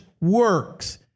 works